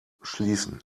schließen